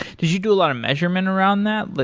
did you do a lot of measurement around that,